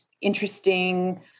interesting